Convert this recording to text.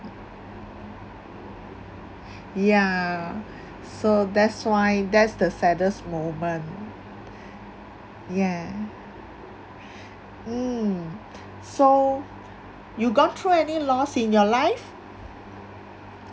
ya so that's why that's the saddest moment yeah mm so you gone through any loss in your life